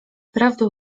prawdą